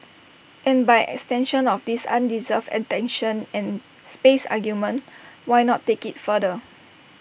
and by extension of this undeserved attention and space argument why not take IT further